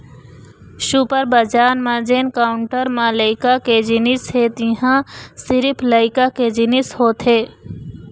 super बजार म जेन काउंटर म लइका के जिनिस हे तिंहा सिरिफ लइका के जिनिस होथे